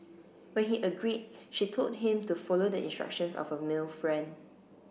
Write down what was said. when he agreed she told him to follow the instructions of a male friend